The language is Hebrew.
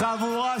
חושך,